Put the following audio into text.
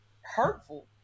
hurtful